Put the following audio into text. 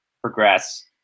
progress